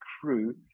crew